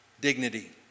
dignity